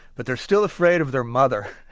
but they're still afraid of their mother.